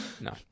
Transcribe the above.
No